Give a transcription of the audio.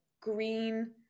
green